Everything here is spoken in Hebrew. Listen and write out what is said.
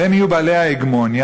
והם יהיו בעלי ההגמוניה,